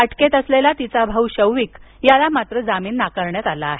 अटकेत असलेला तिचा भाऊ शौविक याला मात्र जमीन नाकारण्यात आला आहे